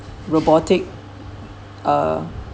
robotic uh